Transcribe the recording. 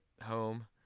home